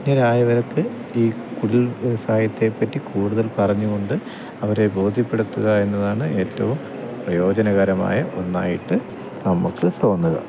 അജ്ഞനായവർക്ക് ഈ കുടിൽ വ്യവസായത്തെ പറ്റി കൂടുതൽ പറഞ്ഞുകൊണ്ട് അവരെ ബോധ്യപ്പെടുത്തുക എന്നതാണ് ഏറ്റവും പ്രയോജനകരമായ ഒന്നായിട്ട് നമുക്ക് തോന്നുക